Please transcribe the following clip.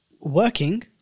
working